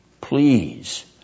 Please